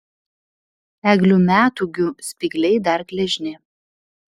eglių metūgių spygliai dar gležni